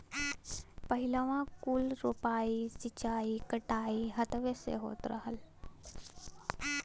पहिलवाँ कुल रोपाइ, सींचाई, कटाई हथवे से होत रहल